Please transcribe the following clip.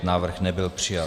Návrh nebyl přijat.